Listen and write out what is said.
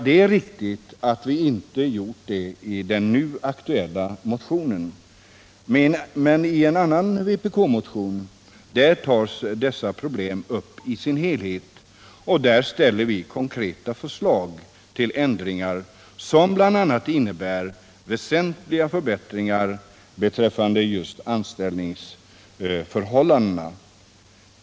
Det är riktigt att vi inte har gjort det i den nu aktuella motionen, men i en annan vpk-motion tas dessa problem upp i sin helhet, och där ställer vi konkreta förslag till ändringar, som bl.a. innebär väsentliga förbättringar beträffande just anställningsförhållandena.